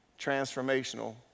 transformational